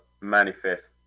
manifest